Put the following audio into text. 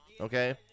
Okay